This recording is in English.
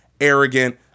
arrogant